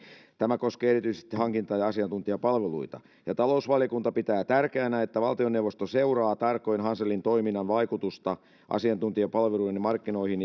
tämä koskee erityisesti hankinta ja ja asiantuntijapalveluita talousvaliokunta pitää tärkeänä että valtioneuvosto seuraa tarkoin hanselin toiminnan vaikutusta asiantuntijapalveluiden markkinoihin